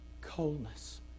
Coldness